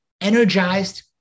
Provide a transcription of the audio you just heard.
energized